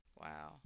Wow